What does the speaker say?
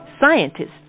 scientists